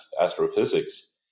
astrophysics